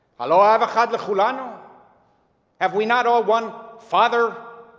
ha'lo av echad le'chulanu have we not all one father?